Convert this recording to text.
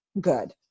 good